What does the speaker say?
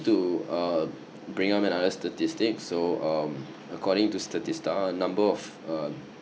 to uh bring up another statistic so um according to statist~ the number of uh